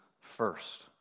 first